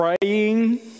praying